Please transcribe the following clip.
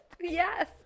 Yes